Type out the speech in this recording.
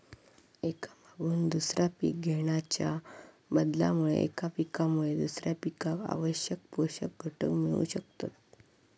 एका मागून दुसरा पीक घेणाच्या बदलामुळे एका पिकामुळे दुसऱ्या पिकाक आवश्यक पोषक घटक मिळू शकतत